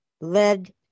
led